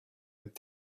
with